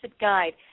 Guide